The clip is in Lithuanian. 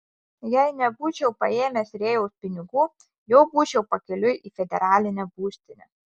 jei nebūčiau paėmęs rėjaus pinigų jau būčiau pakeliui į federalinę būstinę